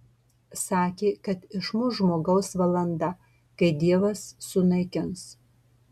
sakė kad išmuš žmogaus valanda kai dievas sunaikins